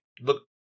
look